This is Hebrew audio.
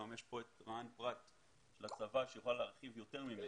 נמצא כאן רע"ן פרט של הצבא שיוכל להרחיב יותר ממני.